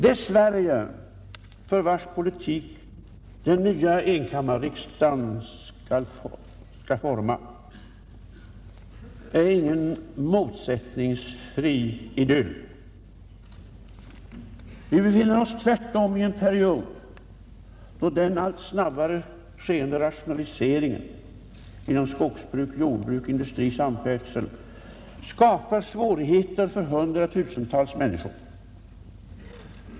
Det Sverige, vars politik den nya enkammarriksdagen skall forma, är ingen motsättningsfri idyll. Vi befinner oss tvärtom i en period, då den allt snabbare gående rationaliseringen inom skogsbruk, jordbruk, industri och samfärdsel skapar svårigheter för hundratusentals människor.